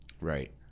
Right